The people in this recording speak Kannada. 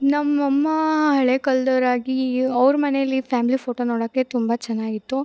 ನಮ್ಮಅಮ್ಮ ಹಳೆ ಕಾಲದವ್ರಾಗಿ ಇವ ಅವ್ರ ಮನೇಯಲಿ ಫ್ಯಾಮಿಲಿ ಫೋಟೊ ನೋಡೋಕೆ ತುಂಬ ಚೆನ್ನಾಗಿತ್ತು